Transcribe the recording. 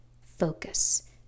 focus